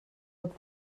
pot